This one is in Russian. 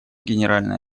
генеральная